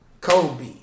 Kobe